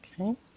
Okay